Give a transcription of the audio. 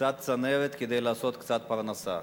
קצת צנרת כדי לעשות קצת "פרנסה".